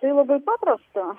tai labai paprasta